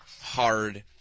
hard